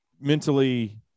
mentally